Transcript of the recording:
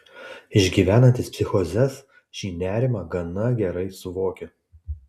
išgyvenantys psichozes šį nerimą gana gerai suvokia